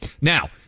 Now